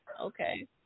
okay